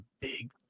big